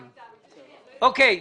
משהו?